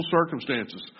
circumstances